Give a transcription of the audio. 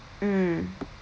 mm